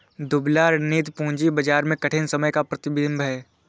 दुबला रणनीति पूंजी बाजार में कठिन समय का प्रतिबिंब है